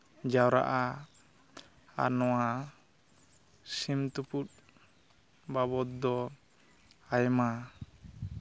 ᱡᱟᱣᱨᱟᱜᱼᱟ ᱟᱨ ᱱᱚᱣᱟ ᱥᱤᱢ ᱛᱩᱯᱩᱫ ᱵᱟᱵᱚᱫ ᱫᱚ ᱟᱭᱢᱟ